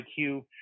IQ